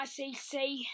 ICC